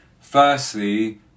Firstly